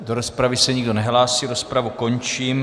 Do rozpravy se nikdo nehlásí, rozpravu končím.